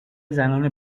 زنان